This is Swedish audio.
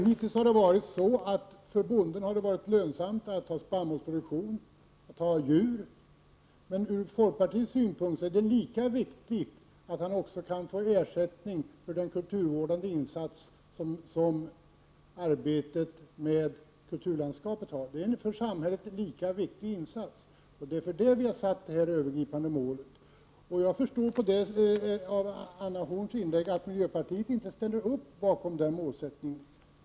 Hittills har det varit lönsamt för bonden att ha spannmålsproduktion och att ha djur. Men ur folkpartiets synpunkt är det lika viktigt att han också kan få ersättning för den kulturvårdande insats som arbetet med kulturlandskapet innebär. Det är en för samhället lika viktig insats. Det är för detta vi har satt det övergripande målet. Jag förstod av Anna Horns inlägg att miljöpartiet inte ställer upp bakom den målsättningen.